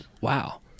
Wow